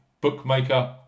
bookmaker